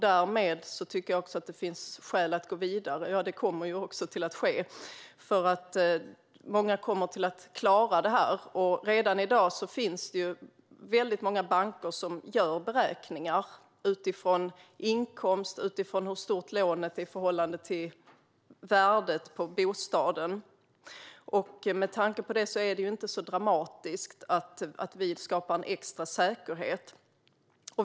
Därmed tycker jag att det finns skäl att gå vidare, och det kommer också att ske, för många kommer att klara det här. Redan i dag är det många banker som gör beräkningar utifrån inkomsten och storleken på lånet i förhållande till värdet på bostaden. Med tanke på det är det inte så dramatiskt att vi skapar en extra säkerhet.